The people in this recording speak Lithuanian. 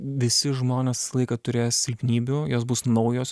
visi žmonės visą laiką turės silpnybių jos bus naujos